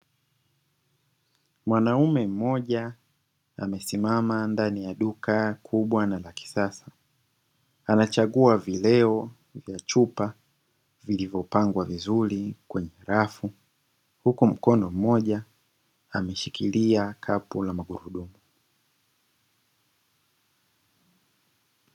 Mwanaume mmoja amesimama ndani ya duka kubwa na la kisasa anachagua vileo vya chupa vilivyopangwa vizuri kwenye rafu, huku mkono mmoja ameshikilia kapu la magurudumu.